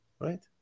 Right